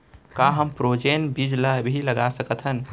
का हमन फ्रोजेन बीज ला भी लगा सकथन?